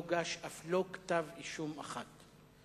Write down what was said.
לא הוגש אף לא כתב-אישום אחד.